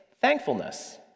thankfulness